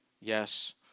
Yes